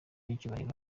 icyubahiro